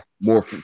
more